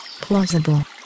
plausible